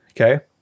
Okay